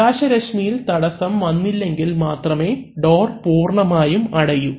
പ്രകാശ രശ്മിയിൽ തടസ്സം വന്നില്ലെങ്കിൽ മാത്രമേ ഡോർ പൂർണ്ണമായും അടയു